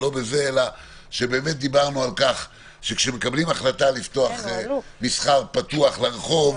אלא שדיברנו על כך שכשמקבלים החלטה לפתוח מסחר פתוח לרחוב,